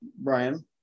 Brian